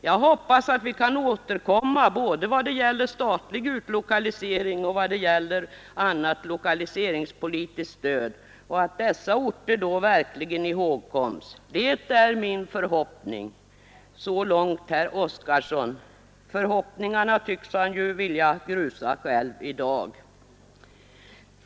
Jag hoppas att vi kan återkomma både vad det gäller statlig utlokalisering och vad det gäller annat lokaliseringspolitiskt stöd och att dessa orter då verkligen ihågkoms. Det är min förhoppning.” Så långt herr Oskarson. Förhoppningarna tycks han ju vilja grusa själv i dag.